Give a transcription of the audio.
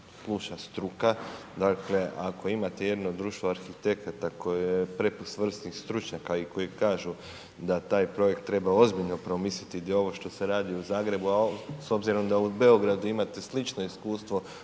sluša struka, dakle, ako imate jedno društvo arhitekata koje .../Govornik se ne razumije./... vrsnih stručnjaka i koji kažu da taj projekt treba ozbiljno promisliti, gdje ovo što se radi u Zagrebu, a s obzirom da u Beogradu imate slično iskustvo